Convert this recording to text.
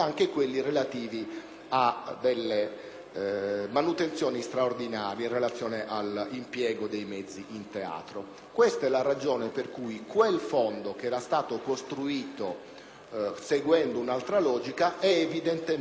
a delle manutenzioni straordinarie in relazione all'impiego dei mezzi in teatro. Questa è la ragione per cui quel fondo, che era stato costruito seguendo un'altra logica, è evidentemente non capiente.